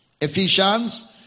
Ephesians